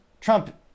Trump